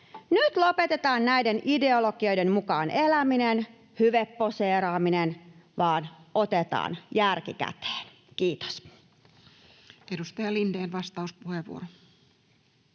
Nyt lopetetaan näiden ideologioiden mukaan eläminen, hyveposeeraaminen ja otetaan järki käteen. — Kiitos. [Speech 598] Speaker: